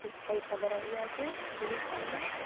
પૈસા ભરાઈ ગયા છે યુનિફોર્મના